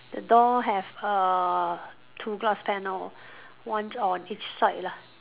the door have uh two glass panel one on each side lah